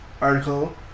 article